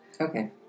Okay